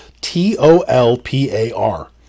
T-O-L-P-A-R